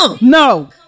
No